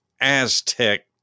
Aztec